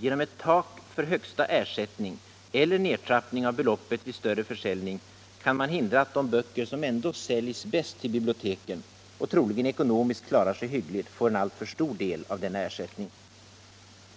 Genom ctt tak för högsta ersättning eller nertrappning av beloppet vid större försäljning kan man hindra att de böcker som ändå säljs bäst till biblioteken och troligen ekonomiskt klarar sig hvggligt får en alltför stor del av denna ersättning.